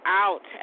out